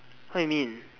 what you mean